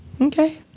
Okay